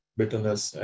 bitterness